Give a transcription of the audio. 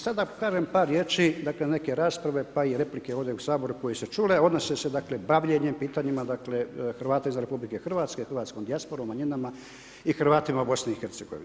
Sada da kažem par riječi, dakle neke rasprave pa i replike ovdje u Saboru koje su se čule odnose se dakle, bavljenje pitanjima dakle, Hrvata izvan RH, hrvatskom dijasporom, manjinama i Hrvatima u BIH.